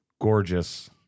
gorgeous